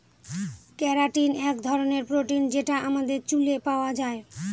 keratin এক ধরনের protein যেটা আমাদের চুলে পাওয়া যায়